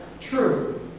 true